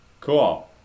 cool